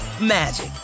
magic